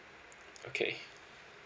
okay